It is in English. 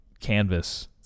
Canvas